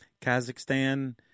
Kazakhstan